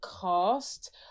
cast